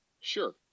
Sure